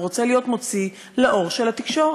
הוא רוצה להיות מוציא לאור של התקשורת.